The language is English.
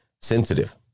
sensitive